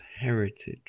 heritage